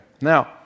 Now